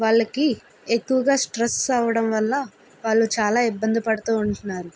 వాళ్ళకి ఎక్కువగా స్ట్రెస్ అవ్వడం వల్ల వాళ్ళు చాలా ఇబ్బంది పడుతూ ఉంటున్నారు